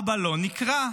הבלון נקרע.